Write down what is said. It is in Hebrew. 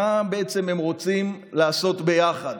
מה בעצם הם רוצים לעשות ביחד.